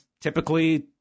typically